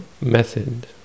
method